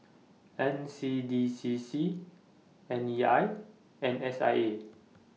N C D C C N E I and S I A